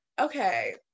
okay